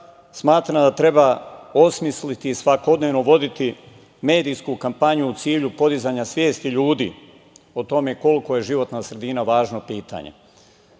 smatram da treba osmisliti i svakodnevno voditi medijsku kampanju u cilju podizanja svesti ljudi o tome koliko je životna sredina važno pitanje.